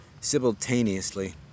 Simultaneously